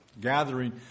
gathering